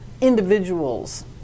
individuals